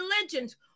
religions